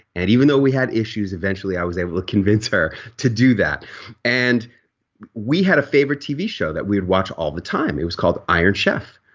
and even though we had issues eventually i was able to convince her to do that and we had a favorite t v. show that we had watched all the time, it was called iron chef.